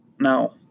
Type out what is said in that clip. Now